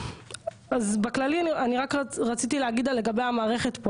אז בכללי אני רק רציתי להגיד לגבי המערכת פה.